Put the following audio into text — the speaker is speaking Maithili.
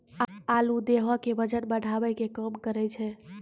आलू देहो के बजन बढ़ावै के काम करै छै